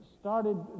started